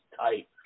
tight